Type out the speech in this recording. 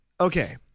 Okay